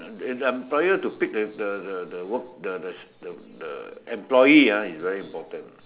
it employer to pick with the the the work the the the the employee ah is very important